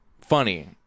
funny